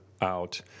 out